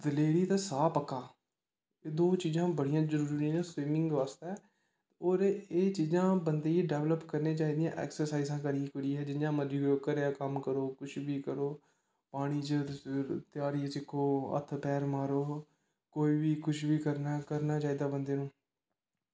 दलेरी ते साह् पक्का एह् दो चीज़ां बड़ियां जरूरी न स्विमिंग बास्तै होर एह् चीज़ां बंदे गी डैवलप करनियां चाहिदियां ऐक्सर्साइज़ां करी कुरियै जियां मर्जी कोई घरै दा कम्म करो कुछ बी करो पानी च तुस त्यारी सिक्खो हत्थ पैर मारो कोई बी कुछ बी करना करना चाहिदा बंदे नू